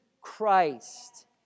Christ